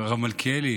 הרב מלכיאלי,